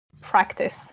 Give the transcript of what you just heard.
practice